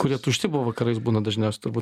kurie tušti buvo vakarais būna dažniausiai turbūt